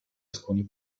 alcuni